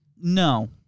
No